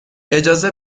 اجازه